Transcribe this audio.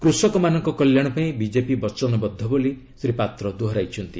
କୃଷକମାନଙ୍କ କଲ୍ୟାଣ ପାଇଁ ବିଜେପି ବଚନବଦ୍ଧ ବୋଲି ଶ୍ରୀ ପାତ୍ର ଦୋହରାଇଛନ୍ତି